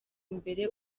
imbere